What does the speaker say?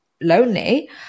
lonely